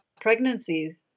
pregnancies